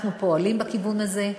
אנחנו פועלים בכיוון הזה.